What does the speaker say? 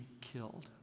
killed